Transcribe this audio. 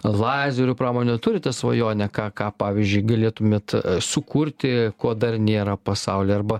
lazerių pramonėje turite svajonę ką ką pavyzdžiui galėtumėt sukurti ko dar nėra pasauly arba